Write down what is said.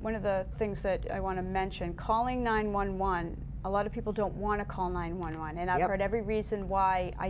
one of the things that i want to mention calling nine one one a lot of people don't want to call nine one one and i have heard every reason why i